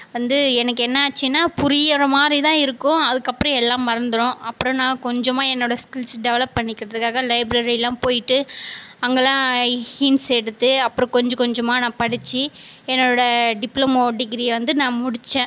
வந்து எனக்கென்னாச்சுன்னால் புரிய மாதிரி தான் இருக்கும் அதுக்கப்புறம் எல்லாம் மறந்துடும் அப்புறம் நான் கொஞ்சமாக என்னோடய ஸ்கில்ஸ் டெவலப் பண்ணிக்கிறதுக்காக லைப்ரரிலாம் போயிட்டு அங்கேலாம் ஹிண்ட்ஸ் எடுத்து அப்புறம் கொஞ்ச கொஞ்சமாக நான் படித்து என்னோடய டிப்ளமோ டிகிரியை வந்து நான் முடித்தேன்